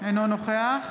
אינו נוכח